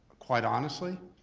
quite honestly,